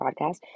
podcast